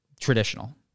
traditional